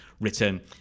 written